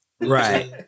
Right